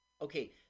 Okay